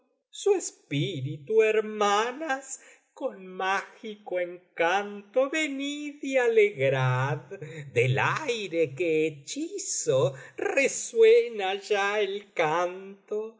su espíritu hermanas con mágico encanto venid y alegrad del aire que hechizo resuena ya el canto